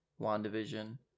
WandaVision